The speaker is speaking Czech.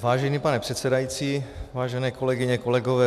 Vážený pane předsedající, vážené kolegyně, kolegové.